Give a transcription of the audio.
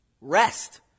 rest